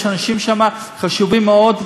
יש שם אנשים חשובים מאוד,